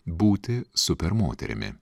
būti super moterimi